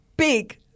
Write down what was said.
Big